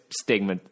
stigma